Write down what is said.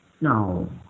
No